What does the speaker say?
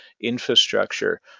infrastructure